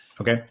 okay